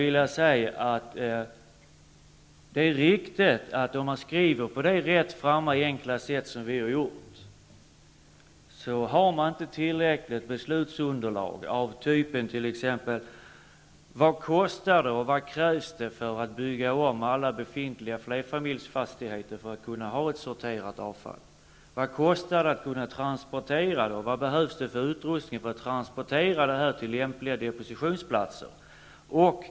Vi har skrivit på detta enkla och rättframma sätt därför att vi inte har haft tillräckligt beslutsunderlag av typen: Vad kostar det och vad krävs det för att bygga om alla befintliga flerfamiljsfastigheter för att kunna ordna sopsortering? Vad kostar det att transportera avfallet och vad behövs det för utrustning för att transporterna till lämpliga depositionsplatser?